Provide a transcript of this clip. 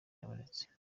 yabonetse